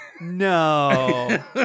No